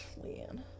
Leanne